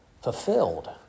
Fulfilled